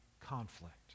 conflict